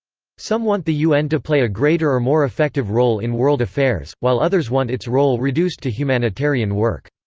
some want the un to play a greater or more effective role in world affairs, while others want its role reduced to humanitarian work.